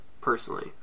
personally